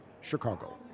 Chicago